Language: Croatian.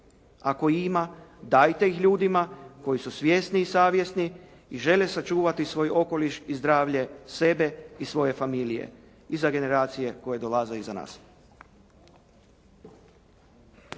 Ako ima dajte ih ljudima koji su svjesni i savjesni i žele sačuvati svoj okoliš i zdravlje, sebe i svoje familije i za generacije koje dolaze iza nas.